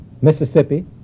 Mississippi